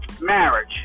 marriage